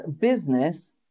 business